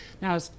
now